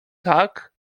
tak